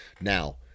Now